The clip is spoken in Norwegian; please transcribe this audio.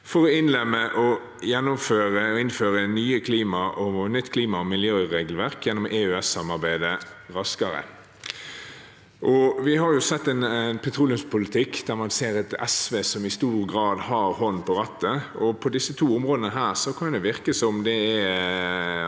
for å innlemme og innføre nytt klima- og miljøregelverk gjennom EØS-samarbeidet raskere. Vi har sett en petroleumspolitikk der SV i stor grad har hånden på rattet, og på disse to områdene kan det virke som